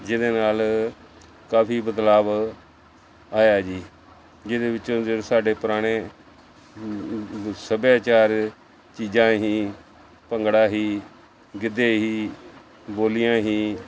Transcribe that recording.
ਜਿਹਦੇ ਨਾਲ ਕਾਫੀ ਬਦਲਾਵ ਆਇਆ ਜੀ ਜਿਹਦੇ ਵਿੱਚੋਂ ਜਿਹੜੇ ਸਾਡੇ ਪੁਰਾਣੇ ਸੱਭਿਆਚਾਰ ਚੀਜ਼ਾਂ ਹੀ ਭੰਗੜਾ ਹੀ ਗਿੱਧੇ ਹੀ ਬੋਲੀਆਂ ਹੀ